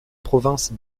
province